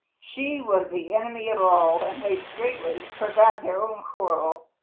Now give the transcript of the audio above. she was the enemy of all, and they straightway forgot their own quarrel.